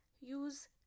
use